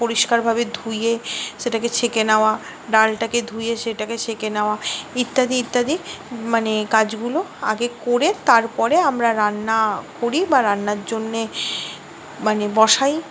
পরিষ্কারভাবে ধুয়ে সেটাকে ছেঁকে নেওয়া ডালটাকে ধুয়ে সেটাকে ছেঁকে নেওয়া ইত্যাদি ইত্যাদি মানে কাজগুলো আগে করে তার পরে আমরা রান্না করি বা রান্নার জন্যে মানে বসাই